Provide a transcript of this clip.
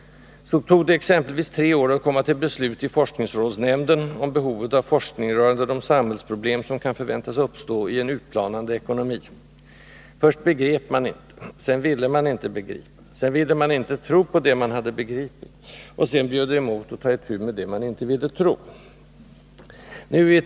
Så tog det exempelvis tre år att komma till beslut i forskningsrådsnämnden om behovet av forskning rörande de samhällsproblem som kan förväntas uppstå i en utplanande ekonomi: först begrep man inte, sedan ville man inte begripa, sedan ville man inte tro på det man hade begripit och sedan bjöd det emot att ta itu med det man inte ville tro på.